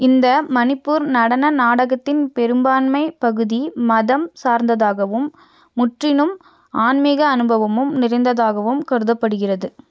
இந்த மணிப்பூர் நடன நாடகத்தின் பெரும்பான்மைப் பகுதி மதம் சார்ந்ததாகவும் முற்றிலும் ஆன்மீக அனுபவமும் நிறைந்ததாகவும் கருதப்படுகிறது